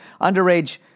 Underage